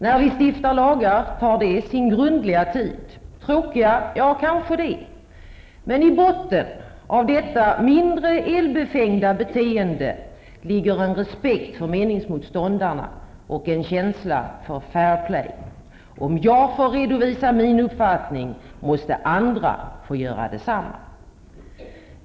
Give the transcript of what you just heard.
När vi stiftar lagar tar det sin grundliga tid. Tråkiga? Ja, kanske det. Men i botten av detta mindre eldfängda beteende ligger en respekt för meningsmotståndarna och en känsla för fair play: om jag får redovisa min uppfattning måste andra få göra detsamma.